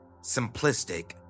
simplistic